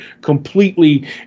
completely